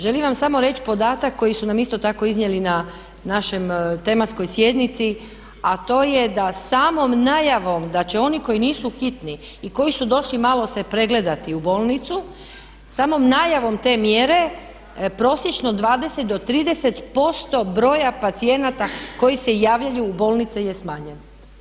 Želim vam samo reći podatak koji su nam isto tako iznijeli na našem tematskoj sjednici a to je da samom najavom da će oni koji nisu hitni i koji su došli malo se pregledati u bolnicu, samom najavom te mjere je prosječno 20-30% broja pacijenata koji se javljaju u bolnicu je smanjen.